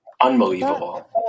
unbelievable